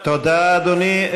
תודה, אדוני.